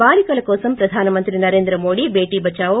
బాలికల కోసం ప్రధాన మంత్రి నరేంద్రమోదీ బేటీ బదావో